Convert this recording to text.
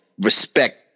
respect